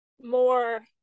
more